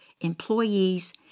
employees